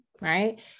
right